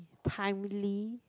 timely